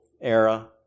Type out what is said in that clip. era